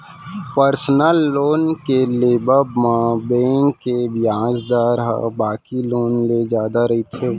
personal loan के लेवब म बेंक के बियाज दर ह बाकी लोन ले जादा रहिथे